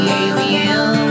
alien